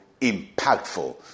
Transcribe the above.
impactful